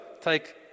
take